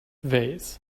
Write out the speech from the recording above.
vase